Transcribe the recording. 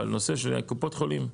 אבל הנושא של קופות חולים,